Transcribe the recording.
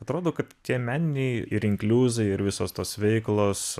atrodo kad tie meniniai ir inkliuzai ir visos tos veiklos